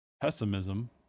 Pessimism